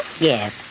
Yes